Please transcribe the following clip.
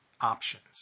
options